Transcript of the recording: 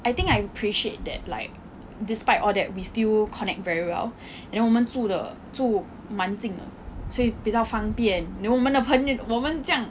I think I appreciate that like despite all that we still connect very well and then 我们住的住蛮近的所以比较方便 then 我们的朋友我们这样